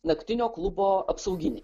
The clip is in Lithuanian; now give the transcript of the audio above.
naktinio klubo apsauginį